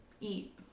eat